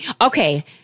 Okay